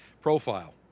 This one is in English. profile